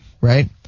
Right